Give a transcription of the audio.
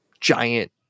giant